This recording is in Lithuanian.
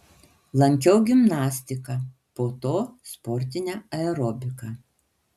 lankiau gimnastiką po to sportinę aerobiką